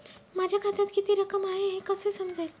माझ्या खात्यात किती रक्कम आहे हे कसे समजेल?